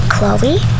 Chloe